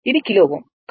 ఇది కిలో Ω